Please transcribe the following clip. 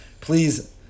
Please